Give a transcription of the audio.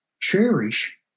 Cherish